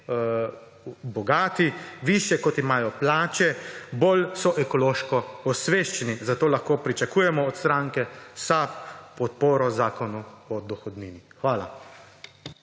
bogati, višje kot imajo plače, bolj so ekološko osveščeni, zato lahko pričakujemo od stranke SAB podporo Zakonu o dohodnini. Hvala.